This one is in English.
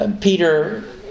Peter